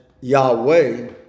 Yahweh